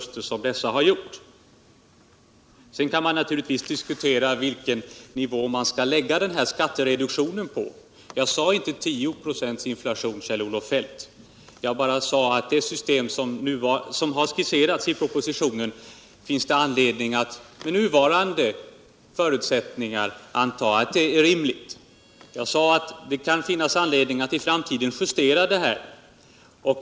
Sedan kan man naturligtvis diskutera på vilken nivå skattereduktionen skall läggas. Jag förutsatte inte 10 26 inflation, Kjell-Olof Feldt. Jag sade bara att det med det system som har skisserats i propositionen finns anledning att under nuvarande förutsättningar antaga att nivån är rimlig. Jag sade att det kan finnas anledning att i framtiden justera detta.